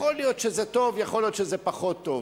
ויכול להיות שזה טוב ויכול להיות שזה פחות טוב.